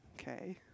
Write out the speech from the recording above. okay